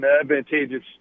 advantageous